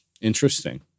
interesting